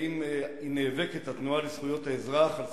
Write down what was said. האם התנועה לזכויות האזרח נאבקת על